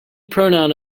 pronoun